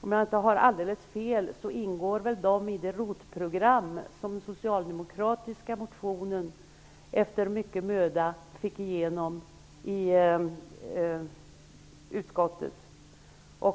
Om jag inte har alldeles fel, ingår de i det ROT-program som socialdemokratiska motionärer efter mycket möda fick igenom i utskottet,